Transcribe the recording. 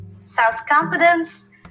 self-confidence